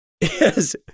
Yes